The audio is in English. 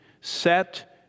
set